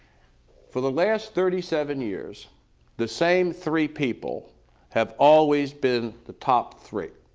for the last thirty seven years the same three people have always been the top three.